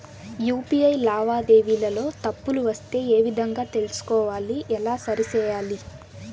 UPI లావాదేవీలలో తప్పులు వస్తే ఏ విధంగా తెలుసుకోవాలి? ఎలా సరిసేయాలి?